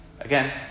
again